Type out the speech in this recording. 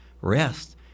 rest